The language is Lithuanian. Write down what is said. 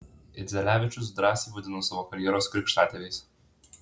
idzelevičius drąsiai vadinu savo karjeros krikštatėviais